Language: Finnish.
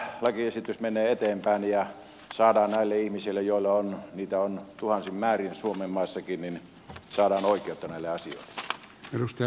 toivotaan että lakiesitys menee eteenpäin ja saadaan näille ihmisille joita on tuhansin määrin suomen maassakin oikeutta näihin asioihin